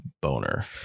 Boner